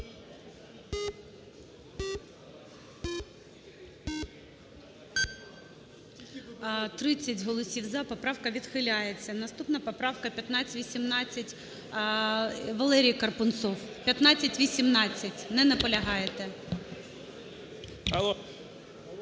30 голосів "за", поправка відхиляється. Наступна поправка 1518. Валерій Карпунцов. 1518. Не наполягаєте? Не